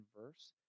verse